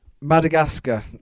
Madagascar